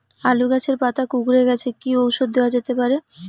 আলু গাছের পাতা কুকরে গেছে কি ঔষধ দেওয়া যেতে পারে?